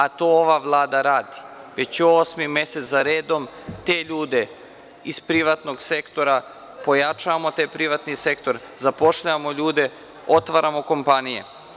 A to ova vlada radi, već osmi mesec za redom, te ljude iz privatnog sektora pojačamo, taj privatni sektor, zapošljavamo ljude, otvaramo kompanije.